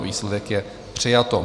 Výsledek je: přijato.